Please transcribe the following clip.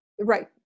Right